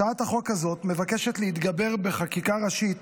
הצעת החוק הזאת מבקשת להתגבר בחקיקה ראשית